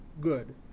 good